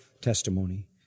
testimony